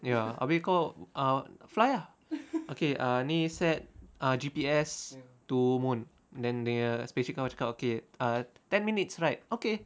ya abeh kau ah fly ah okay ah ni set ah G_P_S to moon then dia nya spaceship kau cakap okay uh ten minutes ride okay